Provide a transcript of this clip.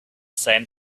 same